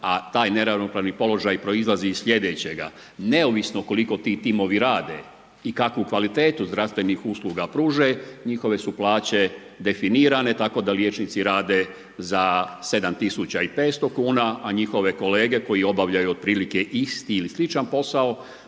a taj neravnopravni položaj proizlazi iz sljedećega. Neovisno koliko ti timovi rade i kakvu kvalitetu zdravstvenih usluga pruže njihove su plaće definirane tako da liječnici rade za 750 kuna a njihove kolege koji obavljaju otprilike isti ili sličan posao